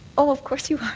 of course you are.